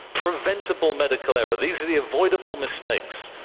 preventable medical error these are the avoidable mistakes.